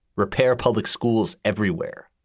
repair public schools everywhere.